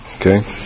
Okay